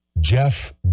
Jeff